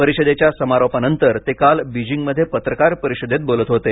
परिषदेच्या समारोपानंतर ते काल बीजिंगमध्ये पत्रकार परिषदेत बोलत होते